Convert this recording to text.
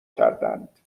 کردند